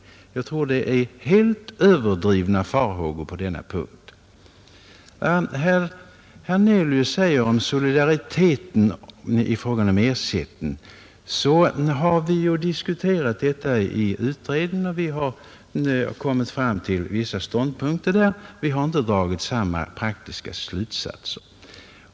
Jag tror att farhågorna på denna punkt är starkt överdrivna. Herr Hernelius talade om solidariteten i fråga om ersättningen. Vi har diskuterat detta i utredningen, och vi har kommit fram till vissa ståndpunkter, men vi har inte dragit samma praktiska slutsatser.